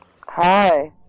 Hi